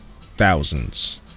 thousands